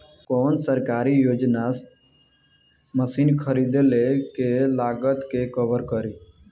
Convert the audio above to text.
कौन सरकारी योजना मशीन खरीदले के लागत के कवर करीं?